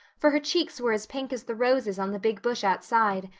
for her cheeks were as pink as the roses on the big bush outside,